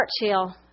Churchill